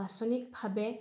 বাছনিকভাৱে